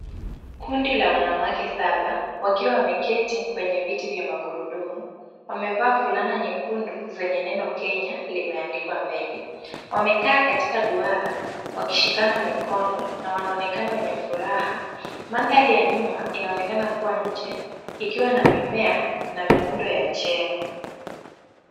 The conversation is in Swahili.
Kundi la wanawake saba wakiwa wameketi kwenye viti vya magurudumu wamevaa fulana nyekundu zenye neno Kenya limeandikwa mbele . Wamekaa katika duara wakishikana mikono na wanaonekana kuwa wenye furaha. Mandhari ya nyuma inaonekana kuwa nje ikiwa na mimea na miundo ya jengo.